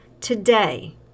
today